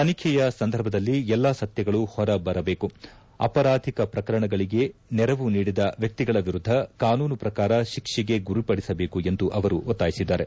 ತನಿಖೆಯ ಸಂದರ್ಭದಲ್ಲಿ ಎಲ್ಲಾ ಸತ್ಯಗಳು ಹೊರಬರಬೇಕು ಅಪರಾಧಿಕ ಪ್ರಕರಣಗಳಿಗೆ ನೆರವು ನೀಡಿದ ವ್ಯಕ್ತಿಗಳ ವಿರುದ್ಧ ಕಾನೂನು ಪ್ರಕಾರ ಶಿಕ್ಷೆಗೆ ಗುರಿಪಡಿಸಿಬೇಕೆಂದು ಅವರು ಒತ್ತಾಯಿಸಿದ್ದಾರೆ